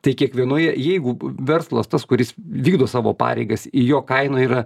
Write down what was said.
tai kiekvienoje jeigu verslas tas kuris vykdo savo pareigas į jo kaina yra